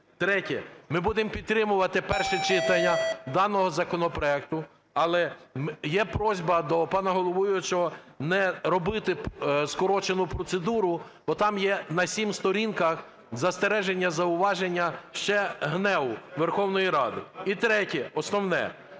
Третє. Ми будемо підтримувати перше читання даного законопроекту, але є просьба до пана головуючого не робити скорочену процедуру, бо там є на 7 сторінках застереження, зауваження ще ГНЕУ Верховної Ради. І третє, основне